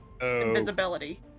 Invisibility